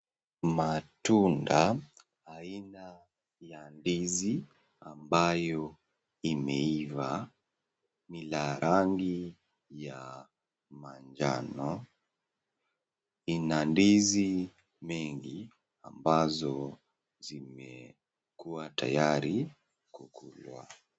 Matunda aina ya ndizi ambayo yameiva yana rangi ya manjano. Ina ndizi nyingi ambazo zimekuwa tayari kuliwa.